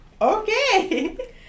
Okay